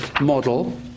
model